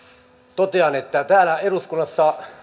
totean että täällä eduskunnassa